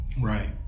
Right